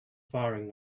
firing